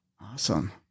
Awesome